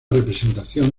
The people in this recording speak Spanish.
representación